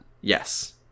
Yes